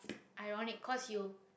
ironic 'cause you